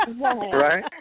Right